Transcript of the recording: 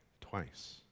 twice